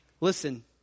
listen